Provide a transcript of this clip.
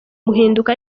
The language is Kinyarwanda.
guhinduka